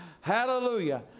hallelujah